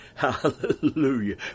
Hallelujah